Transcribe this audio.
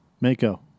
Mako